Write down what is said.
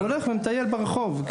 הוא הולך ומטייל ברחוב.